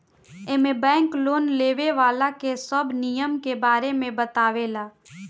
एमे bank loan लेवे वाला के सब नियम के बारे में बतावे ला